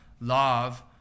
Love